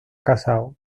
casado